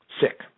sick